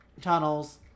tunnels